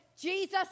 Jesus